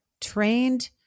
trained